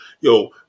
Yo